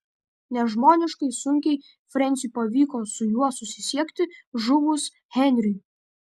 nežmoniškai sunkiai frensiui pavyko su juo susisiekti žuvus henriui